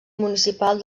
municipal